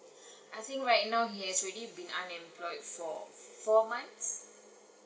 I think right now he has already been unemployed for four months